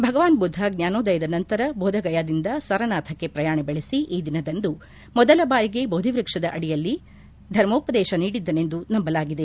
ಭಗವಾನ್ ಬುದ್ದ ಜ್ವಾನೋದಯದ ನಂತರ ಬೋಧಗಯಾದಿಂದ ಸಾರನಾಥಕ್ಕೆ ಪ್ರಯಾಣ ಬೆಳೆಸಿ ಈ ದಿನದಂದು ಮೊದಲ ಬಾರಿಗೆ ಬೋಧಿವೃಕ್ಷದ ಅಡಿಯಲ್ಲಿ ಧರ್ಮೋಪದೇತ ನೀಡಿದ್ದನೆಂದು ನಂಬಲಾಗಿದೆ